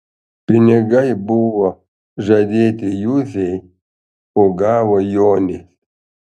pinigai buvo žadėti juzei o gavo jonis